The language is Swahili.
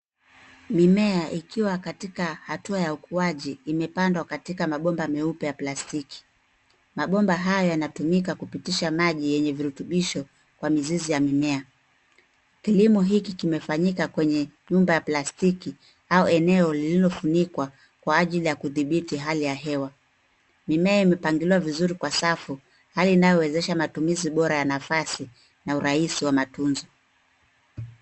Mimea ikiwa katika hatua ya ukuaji, imepandwa katika mabomba meupe ya plastiki. Mabomba hayo yanatumika kupitisha maji yenye virutubisho, kwa mizizi ya mimea. Kilimo hiki kimefanyika kwenye nyumba ya plastiki, au eneo lililofunikwa, kwa ajili ya kudhibiti hali ya hewa. Mimea imepangiliwa vizuri kwa safu, hali inayowezesha matumizi bora ya nafasi, na urahisi wa matunzo.